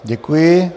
Děkuji.